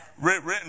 written